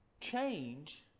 change